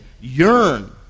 yearn